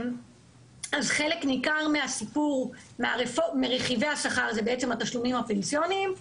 חלק ניכר מרכיבי השכר זה התשלומים הפנסיוניים.